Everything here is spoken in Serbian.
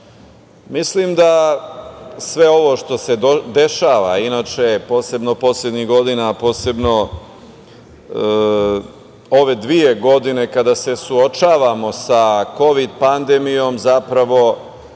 da sve ovo što se dešava, inače posebno poslednjih godina, a posebno ove dve godine kada se suočavamo sa kovid pandemijom, zapravo